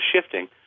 shifting